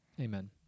Amen